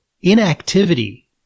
inactivity